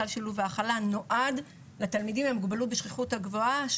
סל שילוב והכלה נועד לתלמידים עם מוגבלות בשכיחות הגבוהה,